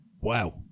wow